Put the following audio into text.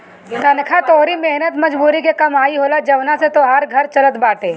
तनखा तोहरी मेहनत मजूरी के कमाई होला जवना से तोहार घर चलत बाटे